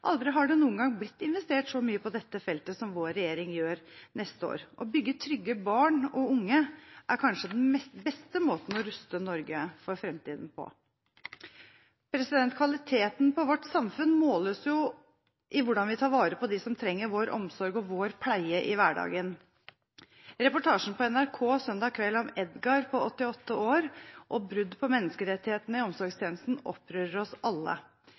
Aldri har det noen gang blitt investert så mye på dette feltet som vår regjering gjør neste år. Å bygge trygge barn og unge er kanskje den beste måten å ruste Norge på for framtiden. Kvaliteten på vårt samfunn måles i hvordan vi tar vare på dem som trenger vår omsorg og vår pleie i hverdagen. Reportasjen på NRK søndag kveld om Edgar på 88 år og brudd på menneskerettighetene i omsorgstjenesten opprører oss alle.